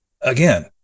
again